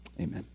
Amen